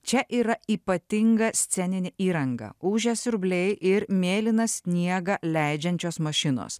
čia yra ypatinga sceninė įranga ūžia siurbliai ir mėlyną sniegą leidžiančios mašinos